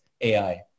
AI